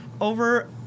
over